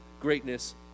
greatness